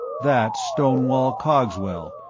that's stonewall cogswell,